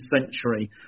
century